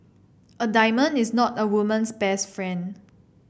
a diamond is not a woman's best friend